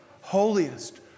holiest